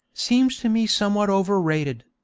seems to me somewhat overrated.